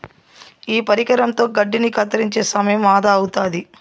ఈ పరికరంతో గడ్డిని కత్తిరించే సమయం ఆదా అవుతాది